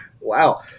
Wow